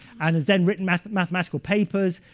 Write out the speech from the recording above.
and has then written mathematical papers.